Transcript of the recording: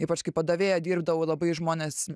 ypač kai padavėja dirbdavau labai žmonės